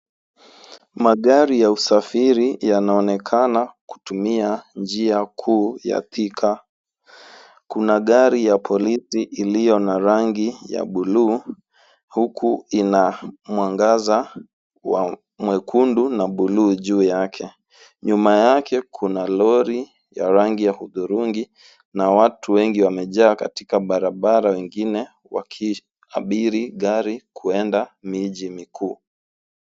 Magari ya usafiri yanaonekana kutumia njia kuu ya Thika. Kuna gari ya polisi iliyo na rangi ya buluu huku ina mwangaza wa mwekundu na buluu juu yake. Nyuma yake kuna lori ya rangi ya hudhurungi na watu wengi wamejaa katika barabara ingine wakiabiri gari kuenda miji mikuu.